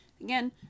again